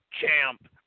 champ